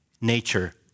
nature